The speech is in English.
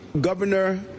governor